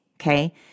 okay